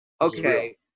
okay